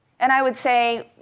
and i would say,